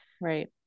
right